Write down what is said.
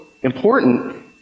important